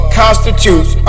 constitutes